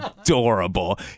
adorable